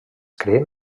creen